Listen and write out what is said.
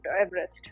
everest